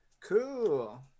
Cool